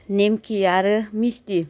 नेमकि आरो मिस्टी